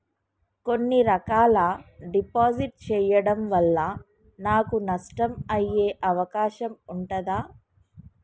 కొన్ని రకాల డిపాజిట్ చెయ్యడం వల్ల నాకు నష్టం అయ్యే అవకాశం ఉంటదా?